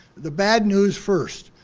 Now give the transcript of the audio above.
the bad news first,